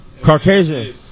Caucasian